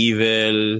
Evil